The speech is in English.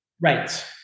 Right